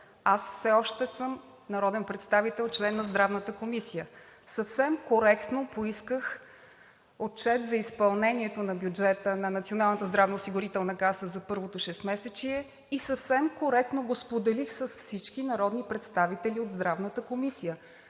Аз все още съм народен представител – член на Здравната комисия. Съвсем коректно поисках Отчет за изпълнението на бюджета на Националната здравноосигурителна каса за първото шестмесечие и съвсем коректно го споделих с всички народни представители от Здравната комисия,